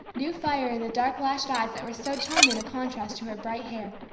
new fire in the dark lashed eyes that were so charming a contrast to her bright hair.